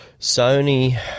sony